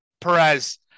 Perez